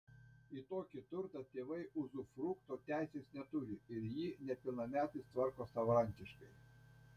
į tokį turtą tėvai uzufrukto teisės neturi ir jį nepilnametis tvarko savarankiškai